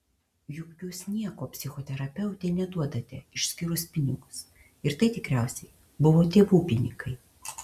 juk jūs nieko psichoterapeutei neduodate išskyrus pinigus ir tai tikriausiai buvo tėvų pinigai